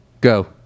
go